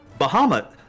Bahamut